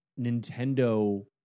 Nintendo